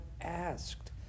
asked